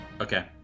Okay